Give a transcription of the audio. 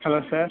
hello sir